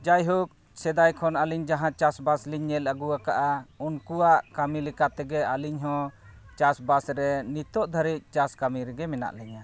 ᱡᱟᱭ ᱦᱳᱠ ᱥᱮᱫᱟᱭ ᱠᱷᱚᱱ ᱟᱹᱞᱤᱧ ᱡᱟᱦᱟᱸ ᱪᱟᱥᱵᱟᱥ ᱞᱤᱧ ᱧᱮᱞ ᱟᱹᱜᱩ ᱟᱠᱟᱫᱼᱟ ᱩᱱᱠᱩᱣᱟᱜ ᱠᱟᱹᱢᱤ ᱞᱮᱠᱟᱛᱮᱜᱮ ᱟᱹᱞᱤᱧ ᱦᱚᱸ ᱪᱟᱥᱵᱟᱥ ᱨᱮ ᱱᱤᱛᱚᱜ ᱫᱷᱟᱹᱨᱤᱡ ᱪᱟᱥ ᱠᱟᱹᱢᱤ ᱨᱮᱜᱮ ᱢᱮᱱᱟᱜ ᱞᱤᱧᱟ